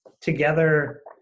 together